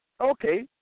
Okay